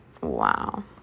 Wow